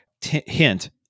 hint